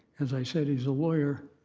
as i said he's a lawyer,